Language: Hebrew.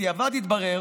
בדיעבד התברר